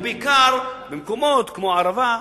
ובעיקר במקומות כמו הערבה,